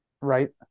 Right